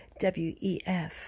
WEF